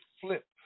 flip